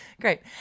great